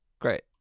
great